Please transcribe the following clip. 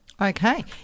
Okay